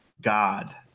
God